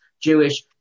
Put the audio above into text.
Jewish